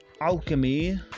alchemy